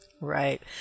Right